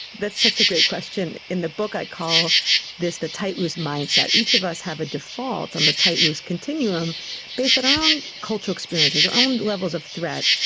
that's such a great question. in the book i call this the tight loose mindset. each of us have a default on the tight loose continuum based on our own cultural experiences, our own levels of threat,